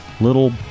Little